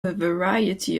variety